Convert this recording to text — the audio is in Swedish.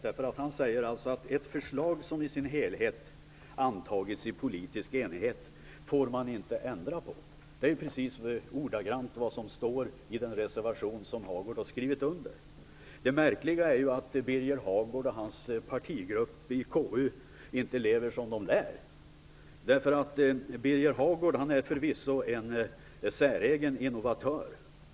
Han säger att man inte får ändra på ett förslag som i sin helhet antagits i politisk enighet. Det är precis vad som ordagrannt står i den reservation som Det märkliga är att Birger Hagård och hans partigrupp i KU inte lever som man lär. Birger Hagård är förvisso en säregen innovatör.